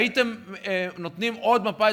הייתם נותנים עוד מפה,